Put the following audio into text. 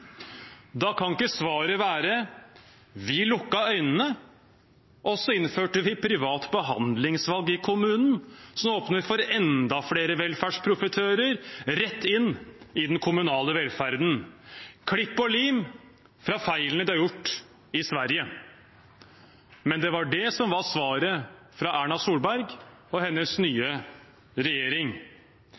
Da kan ikke svaret være at vi lukket øynene, og så innførte vi privat behandlingsvalg i kommunen, som åpnet for enda flere velferdsprofitører rett inn i den kommunale velferden. – Klipp og lim fra feilene de har gjort i Sverige. Men det var det som var svaret fra Erna Solberg og hennes nye regjering.